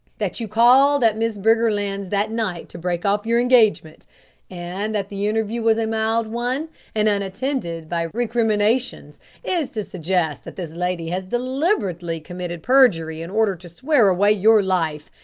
that you called at miss briggerland's that night to break off your engagement and that the interview was a mild one and unattended by recriminations is to suggest that this lady has deliberately committed perjury in order to swear away your life,